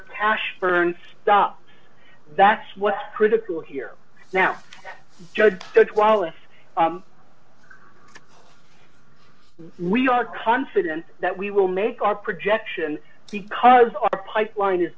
passion burns stops that's what's critical here now while if we are confident that we will make our projection because our pipeline is